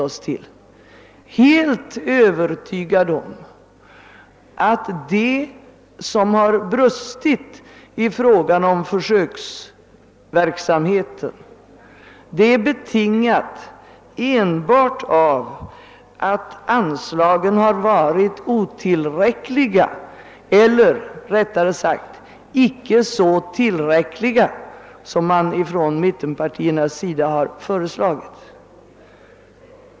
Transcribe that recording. De är helt övertygade om att det som har brustit i fråga om försöksverksamheten är betingat enbart av att anslagen varit otillräckliga eller, rättare sagt, icke så tillräckliga som man från mittenpartiernas sida har föreslagit.